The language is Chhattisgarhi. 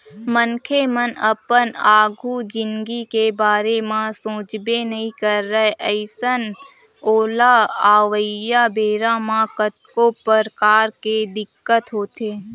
मनखे मन अपन आघु जिनगी के बारे म सोचबे नइ करय अइसन ओला अवइया बेरा म कतको परकार के दिक्कत होथे